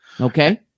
Okay